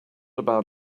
about